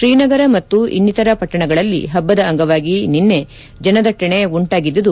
ಶ್ರೀನಗರ ಮತ್ತು ಇನ್ನಿತರ ಪಟ್ಟಣಗಳಲ್ಲಿ ಹಬ್ಬದ ಅಂಗವಾಗಿ ನಿನ್ನೆ ಜನದಟ್ಟಣೆ ಉಂಟಾಗಿದ್ದು